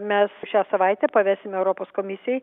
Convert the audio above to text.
mes šią savaitę pavesime europos komisijai